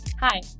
Hi